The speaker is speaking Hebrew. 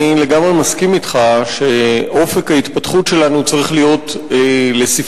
אני לגמרי מסכים אתך שאופק ההתפתחות שלנו צריך להיות לספרי